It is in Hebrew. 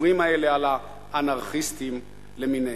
לדיבורים האלה על האנרכיסטים למיניהם.